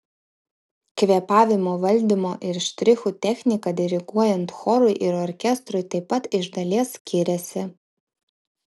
kvėpavimo valdymo ir štrichų technika diriguojant chorui ir orkestrui taip pat iš dalies skiriasi